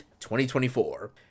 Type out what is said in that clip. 2024